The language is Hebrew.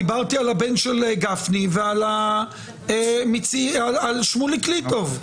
דיברתי על הבן של גפני ועל שמוליק ליטוב.